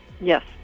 Yes